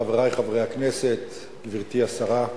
חברי חברי הכנסת, גברתי השרה,